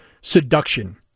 seduction